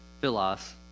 philos